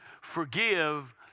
Forgive